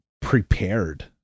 prepared